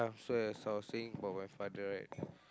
so as I was saying about my father right